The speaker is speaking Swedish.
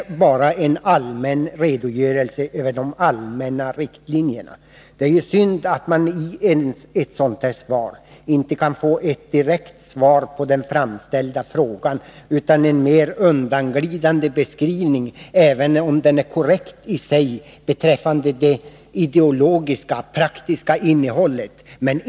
Svaret är alltså bara en redogörelse över de allmänna riktlinjerna, och det är synd att man i ett sådant här svar inte kan få ett direkt svar på den framställda frågan, utan får en mera undanglidande beskrivning, även om den är korrekt i sig, beträffande det ideologiskt-praktiska innehållet.